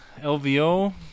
Lvo